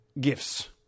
gifts